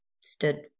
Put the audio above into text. stood